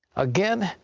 again,